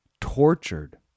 tortured